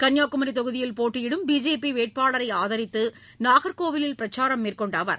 கன்னியாகுமரி தொகுதியில் போட்டியிடும் பிஜேபி வேட்பாளரை ஆதரித்து நாகர்கோவிலில் பிரச்சாரம் மேற்கொண்ட அவர்